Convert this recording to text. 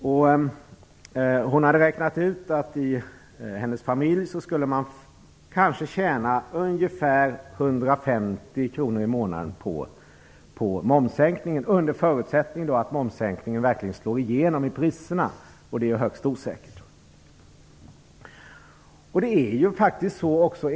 Min partikamrat har räknat ut att hennes familj kanske skulle tjäna ungefär 150 kr i månaden på momssänkningen, men under förutsättning att den verkligen slår igenom på priserna. Detta är högst osäkert.